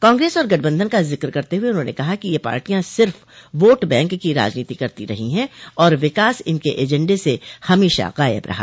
कांग्रेस और गठबंधन का जिक्र करते हुये उन्होंने कहा कि यह पार्टियां सिफ वोट बैंक की राजनीति करती रही हैं और विकास इनके एजेंडे से हमेशा गायब रहा